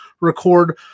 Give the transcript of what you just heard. record